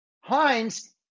Heinz